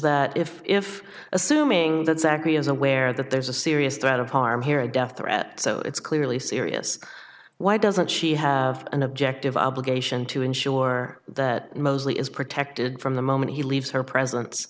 that if if assuming that zachary is aware that there's a serious threat of harm here a death threat so it's clearly serious why doesn't she have an objective obligation to ensure that mosley is protected from the moment he leaves her presen